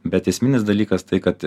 bet esminis dalykas tai kad